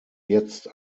jetzt